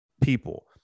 people